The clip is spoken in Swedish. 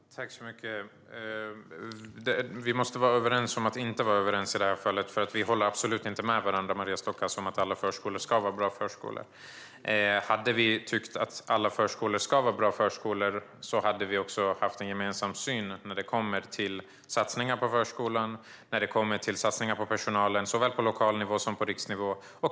Fru talman! Vi måste vara överens om att vi inte är överens i det här fallet, för vi håller absolut inte med varandra, Maria Stockhaus, om att alla förskolor ska vara bra förskolor. Om vi båda hade tyckt att alla förskolor ska vara bra förskolor skulle vi också ha haft en gemensam syn när det kommer till satsningar på förskolan och på personalen, såväl på lokal nivå som på riksnivå.